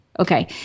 Okay